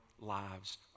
lives